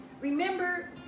remember